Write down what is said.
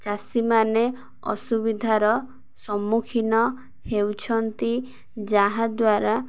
ଚାଷୀମାନେ ଅସୁବିଧାର ସମ୍ମୁଖୀନ ହେଉଛନ୍ତି ଯାହାଦ୍ୱାରା